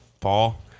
Paul